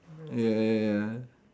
ya ya ya